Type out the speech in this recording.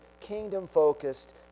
kingdom-focused